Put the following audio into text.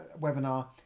webinar